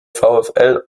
vfl